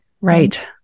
right